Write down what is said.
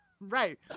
Right